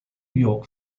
york